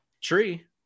tree